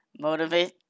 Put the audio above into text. Motivate